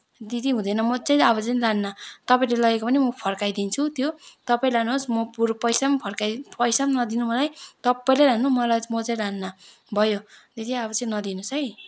दिदी हुँदैन म चाहिँ अब चाहिँ नि लान्न तपाईँकोबाट लगेको पनि म फर्काइदिन्छु त्यो तपाईँ लानुहोस् म बरू पैसा पनि फर्काई पैसा पनि नदिनु मलाई तपाईँले लानु मलाई म चाहिँ लान्न भयो दिदी अब चाहिँ नदिनुहोस् है